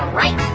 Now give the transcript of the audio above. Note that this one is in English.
right